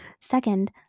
Second